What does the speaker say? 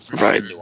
Right